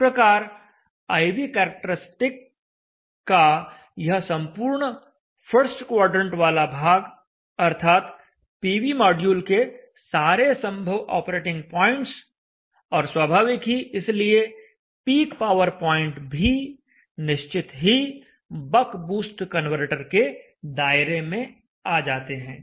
इस प्रकार I V characteristic का यह संपूर्ण फर्स्ट क्वाड्रेंट वाला भाग अर्थात पीवी मॉड्यूल के सारे संभव ऑपरेटिंग पॉइंट्स और स्वाभाविक ही इसलिए पीक पावर पॉइंट भी निश्चित ही बक बूस्ट कन्वर्टर के दायरे में आ जाते हैं